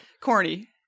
Corny